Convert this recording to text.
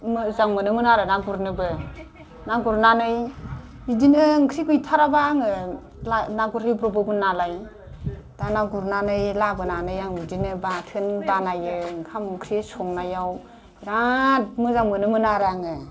मोजां मोनोमोन आरो ना गुरनोबो ना गुरनानै बिदिनो ओंख्रि गैथाराबा आङो ना गुरहैब्र'बोमोन नालाय दानिया गुरनानै लाबोनानै आं बिदिनो बाथोन बानायो ओंखाम ओंख्रि संनायाव बिराद मोजां मोनोमोन आरो आङो